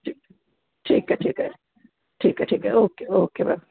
ठीकु आहे ठीकु आहे ठीकु आहे ठीकु आहे ओके ओके बॉय